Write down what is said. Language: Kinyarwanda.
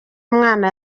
mwana